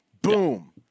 Boom